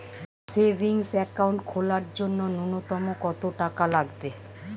Savings account খোলার জন্য নূন্যতম কত টাকা লাগবে?